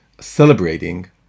celebrating